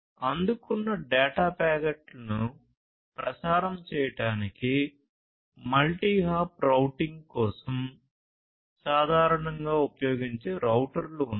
అందుకున్న డేటా ప్యాకెట్లను ప్రసారం చేయడానికి మల్టీ హాప్ రౌటింగ్ కోసం సాధారణంగా ఉపయోగించే రౌటర్లు ఉన్నాయి